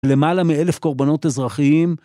למעלה מאלף קורבנות אזרחיים.